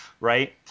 Right